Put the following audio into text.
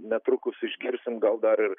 netrukus išgirsim gal dar ir